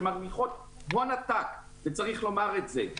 שמרוויחות הון עתק וצריך לומר את זה,